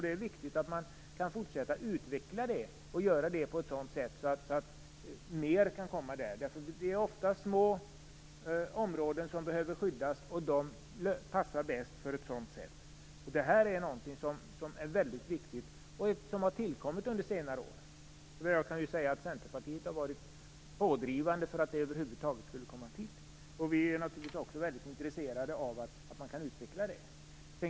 Det är viktigt att vi kan fortsätta att utveckla detta så att mer kan gå den vägen. Det är ofta små områden som behöver skyddas, och då passar ett sådant sätt bäst. Det här är något viktigt som tillkommit under senare år, och jag kan säga att Centerpartiet har varit pådrivande för att det över huvud taget skulle komma till. Vi är naturligtvis också väldigt intresserade av att utveckla detta.